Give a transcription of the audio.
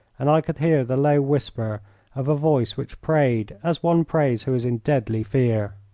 and i could hear the low whisper of a voice which prayed as one prays who is in deadly fear.